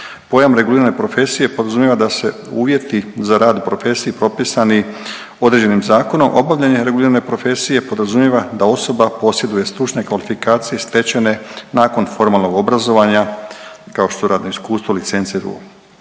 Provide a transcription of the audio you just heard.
Pojam regulirane profesije podrazumijeva da su uvjeti za rad u profesiji propisani određenim zakonom, obavljanje regulirane profesije podrazumijeva da osoba posjeduje stručne kvalifikacije stečene nakon formalnog obrazovanja kao što su radno iskustvo, licenca i